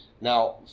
Now